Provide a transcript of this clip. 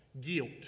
guilt